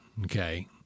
okay